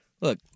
look